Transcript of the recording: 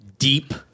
deep